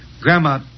Grandma